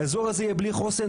האזור הזה יהיה בלי חוסן,